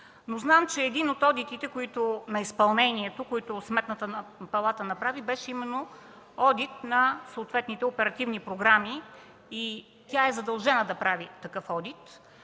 но знам, че един от одитите на изпълнението, които Сметната палата направи, беше именно одит по съответните оперативни програми и тя е задължена да прави такъв одит.